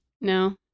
No